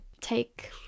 take